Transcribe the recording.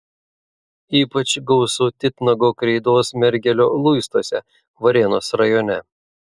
ypač gausu titnago kreidos mergelio luistuose varėnos rajone